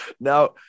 Now